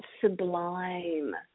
sublime